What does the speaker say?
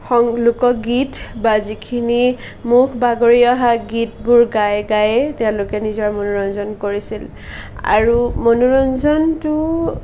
সং লোকগীত বা যিখিনি মুখ বাগৰি অহা গীতবোৰ গাই গায়েই তেওঁলোকে নিজৰ মনোৰঞ্জন কৰিছিল আৰু মনোৰঞ্জনটো